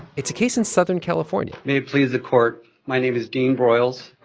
it's a case in southern california may it please the court, my name is dean broyles.